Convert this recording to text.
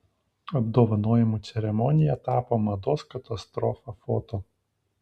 apdovanojimų ceremonija tapo mados katastrofa foto